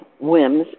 whims